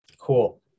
cool